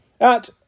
At